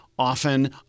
often